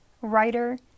writer